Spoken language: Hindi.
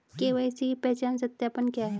के.वाई.सी पहचान सत्यापन क्या है?